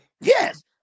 Yes